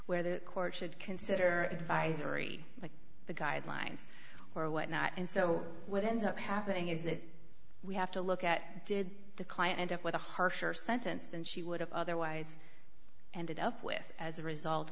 where the court should consider advisory like the guidelines or whatnot and so what ends up happening is that we have to look at did the client end up with a harsher sentence than she would have otherwise and did up with as a result